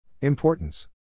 Importance